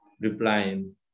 replying